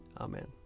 Amen